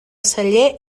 celler